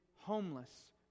homeless